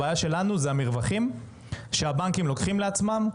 הבעיה שלנו זה המרווחים שהבנקים לוקחים לעצמם.